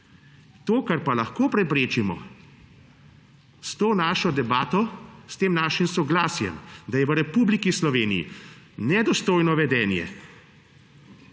To, kar pa lahko preprečimo s to našo debato, s tem našim soglasjem, da je v Republiki Sloveniji nedostojno vedenje,